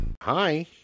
Hi